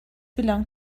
belong